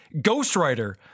ghostwriter